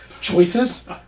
choices